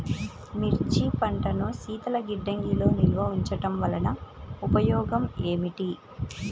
మిర్చి పంటను శీతల గిడ్డంగిలో నిల్వ ఉంచటం వలన ఉపయోగం ఏమిటి?